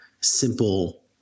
simple